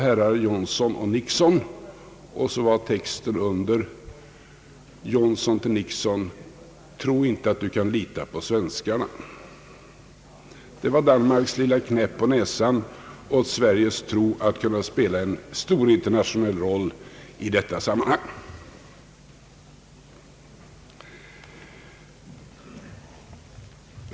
Texten under löd, Johnson till Nixon: »Tro inte att Du kan lita på svenskarna.» Det var Danmarks lilla knäpp på näsan till Sveriges tro att kunna spela en stor internationell roll i detta sammanhang.